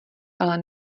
ale